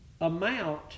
amount